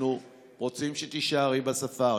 אנחנו רוצים שתישארי בספארי.